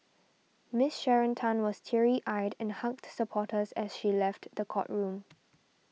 Miss Sharon Tan was teary eyed and hugged supporters as she left the courtroom